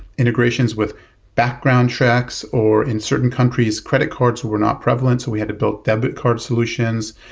integrations with background checks, or in certain countries, credit cards were not prevalent. so we had a build debit card solutions.